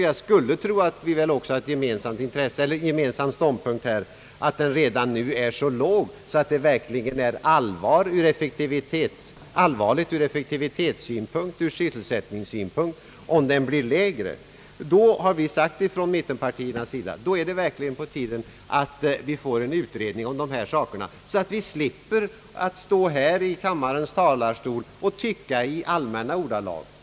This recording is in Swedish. Jag skulle också tro att det är en gemensam ståndpunkt att den redan är så låg, att det inger allvarliga farhågor ur effektivitetssynpunkt och ur sysselsättningssynpunkt om den blir lägre. Från mittenpartiernas sida har vi frågat om det verkligen inte är på tiden att det blir en utredning om dessa saker så att vi slipper stå här i kammarens talarstol och »tycka» i allmänna ordalag.